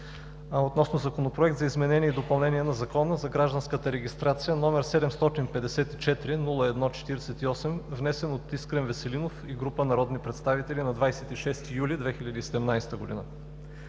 обсъди Законопроект за изменение и допълнение на Закона за гражданската регистрация, № 754-01-48, внесен от Искрен Веселинов и група народни представители на 26 юли 2017г.